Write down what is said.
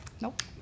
Nope